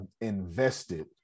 invested